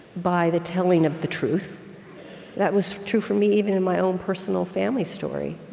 by the telling of the truth that was true for me, even in my own personal family story.